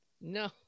no